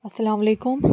اَسلامُ علیکُم